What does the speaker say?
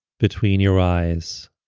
between your eyes.